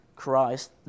Christ